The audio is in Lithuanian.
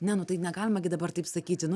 ne nu tai negalima gi dabar taip sakyti nu